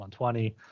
120